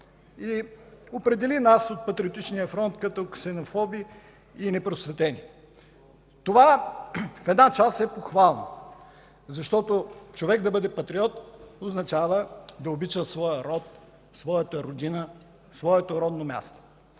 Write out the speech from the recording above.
и определи нас от Патриотичния фронт като ксенофоби и непросветени. Това в една част е похвално, защото човек да бъде патриот означава да обича своя род, своята родина, своето родно място.